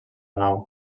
nau